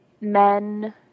men